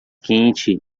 quente